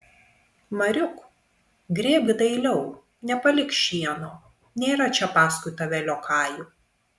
mariuk grėbk dailiau nepalik šieno nėra čia paskui tave liokajų